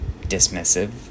dismissive